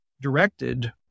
directed